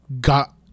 Got